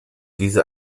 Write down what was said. diese